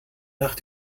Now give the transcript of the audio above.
nach